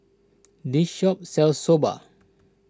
this shop sells Soba